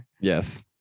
Yes